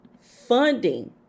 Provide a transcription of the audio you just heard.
funding